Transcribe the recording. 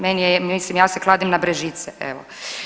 Meni je mislim ja se kladim na Brežice evo.